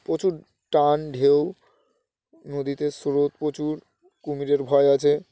প্রচুর টান ঢেউ নদীতে স্রোত প্রচুর কুমিরের ভয় আছে